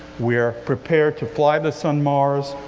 we are prepared to fly this on mars,